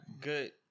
good